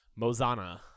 Mozana